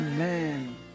Amen